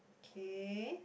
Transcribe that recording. okay